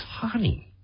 Honey